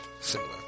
similar